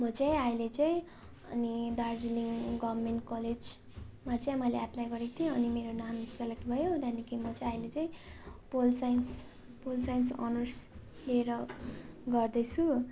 म चाहिँ अहिले चाहिँ अनि दार्जिलिङ गभर्मेन्ट कलेजमा चाहिँ मैले एप्लाई गरेको थिएँ अनि मेरो नाम सेलेक्ट भयो त्यहाँदेखि म चाहिँ अहिले चाहिँ pol science pol science honours लिएर गर्दैछु